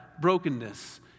brokenness